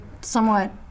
somewhat